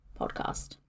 podcast